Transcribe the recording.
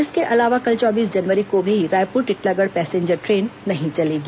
इसके अलावा कल चौबीस जनवरी को भी रायपुर टिटलागढ़ पैंसेजर ट्रेन नहीं चलेगी